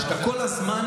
שאתה כל הזמן,